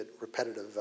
repetitive